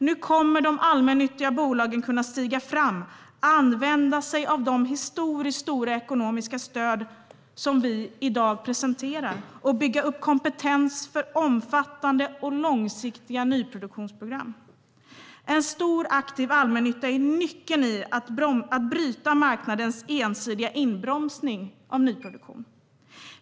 Nu kommer de allmännyttiga bolagen att kunna stiga fram, använda sig av de historiskt stora ekonomiska stöd som vi i dag presenterar och bygga upp kompetens för omfattande och långsiktiga nyproduktionsprogram. En stor aktiv allmännytta är nyckeln till att bryta marknadens ensidiga inbromsning av nyproduktion.